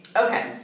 Okay